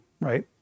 right